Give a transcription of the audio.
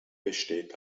besteht